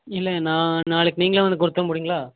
இல்லைங்க நான் நாளைக்கு நீங்களே வந்து கொடுத்தனுப்புறீங்களா